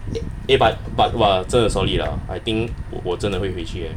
eh eh but but !wah! 真的 solid ah I think 我真的会回去 eh